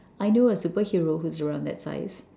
I know a superhero who's around that size